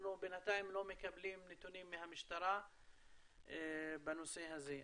אנחנו בינתיים לא מקבלים נתונים מהמשטרה בנושא הזה.